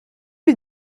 lui